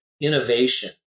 innovation